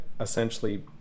essentially